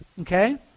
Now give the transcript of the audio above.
okay